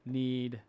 need